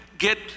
Get